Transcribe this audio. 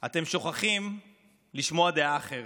אתם שוכחים לשמוע דעה אחרת.